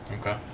Okay